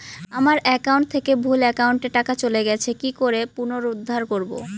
আমার একাউন্ট থেকে ভুল একাউন্টে টাকা চলে গেছে কি করে পুনরুদ্ধার করবো?